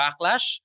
backlash